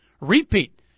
repeat